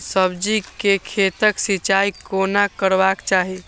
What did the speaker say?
सब्जी के खेतक सिंचाई कोना करबाक चाहि?